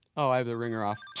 oh, i have the ringer off. tsh!